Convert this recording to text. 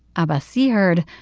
abbassi heard,